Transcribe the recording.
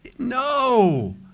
No